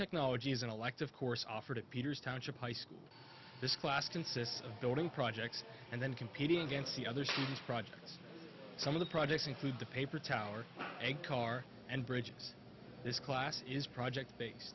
technology is an elective course offered at peters township high school this class consists of building projects and then competing against the others projects some of the projects include the paper tower a car and bridges this class is project